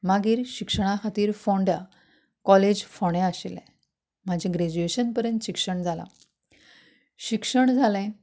मागीर शिक्षणा खातीर फोंडा कॉलेज फोण्या आशिल्ले म्हजें ग्रॅज्यूएशन परेन शिक्षण जाला शिक्षण जालें